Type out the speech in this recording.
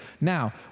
now